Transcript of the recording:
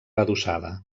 adossada